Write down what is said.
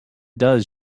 does